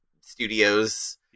studios